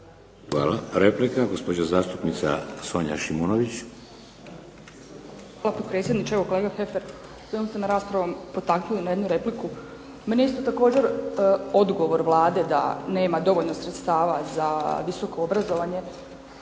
Hvala. Replika, gospođa zastupnica Sonja Šimunović. **Šimunović, Sonja (SDP)** Hvala potpredsjedniče. Evo kolega Heffer svojom ste me raspravom potaknuli na jednu repliku. Mene isto također odgovor Vlade da nema dovoljno sredstava za visoko obrazovanje